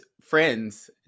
friends